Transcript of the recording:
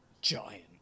giant